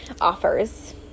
offers